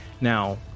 Now